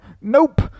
Nope